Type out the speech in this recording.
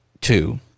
Two